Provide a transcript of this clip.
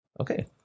Okay